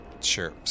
sure